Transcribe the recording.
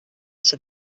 said